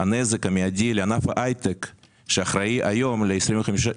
הנזק המיידי לענף ההיי-טק שאחראי ל-25%